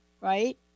right